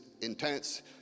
intense